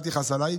אז אל תכעס עליי.